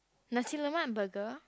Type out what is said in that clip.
Nasi-Lemak burger